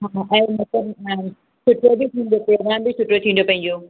ऐं मटन खाइनि सुठो बि थींदो प्रोग्राम बि सुठो थींदो पंहिंजो